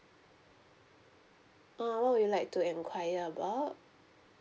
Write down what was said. ah what would you like to enquire about